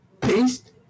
Paste